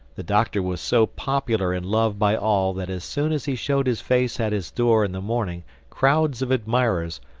the doctor was so popular and loved by all that as soon as he showed his face at his door in the morning crowds of admirers,